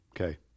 Okay